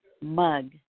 mug